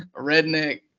redneck